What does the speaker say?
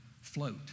float